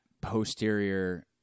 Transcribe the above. posterior